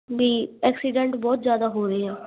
ਬਈ ਐਕਸੀਡੈਂਟ ਬਹੁਤ ਜ਼ਿਆਦਾ ਹੋ ਰਹੇ ਆ